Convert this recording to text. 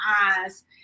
eyes